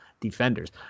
Defenders